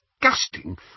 disgusting